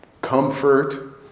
comfort